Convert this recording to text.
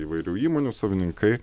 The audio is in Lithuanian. įvairių įmonių savininkai